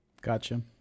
gotcha